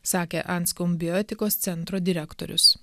sakė anskom bioetikos centro direktorius